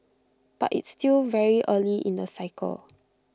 but it's still very early in the cycle